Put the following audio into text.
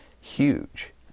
huge